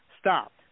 Stop